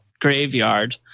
graveyard